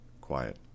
quiet